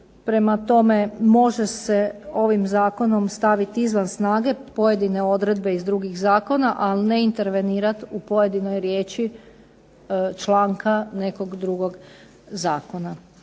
Prema tome može se ovim zakonom staviti izvan snage pojedine odredbe iz drugih zakona, ali ne intervenirati u pojedinoj riječi članka nekog drugog zakona.